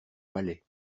palais